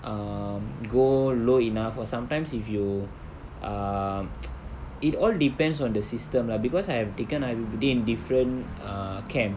um go low enough or sometimes if you um it all depends on the system lah because I have taken in different err camps